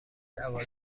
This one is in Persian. عوارض